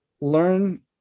learn